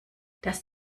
das